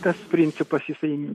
tas principas jisai